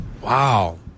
Wow